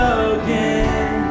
again